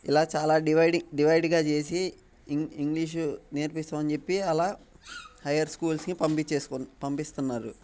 ఇలా చాలా డివైడ్ డివైడ్గా చేసి ఇన్ ఇంగ్లీషు నేర్పిస్తామని చెప్పి అలా హైయ్యర్ స్కూల్స్కి పంపించేసుకున్ పంపిస్తున్నారు